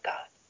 God